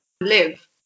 live